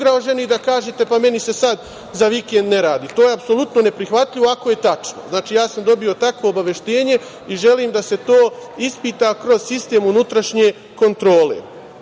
vi kažete – meni se sad za vikend ne radi. To je apsolutno neprihvatljivo ako je tačno. Ja sam dobio takvo obaveštenje i želim da se to ispita kroz sistem unutrašnje kontrole. Ključ